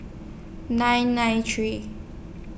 nine nine three